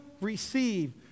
receive